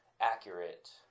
accurate